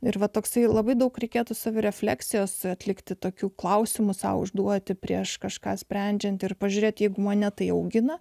ir va toksai labai daug reikėtų savirefleksijos atlikti tokių klausimų sau užduoti prieš kažką sprendžiant ir pažiūrėti jeigu mane tai augino